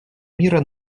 мира